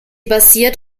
basiert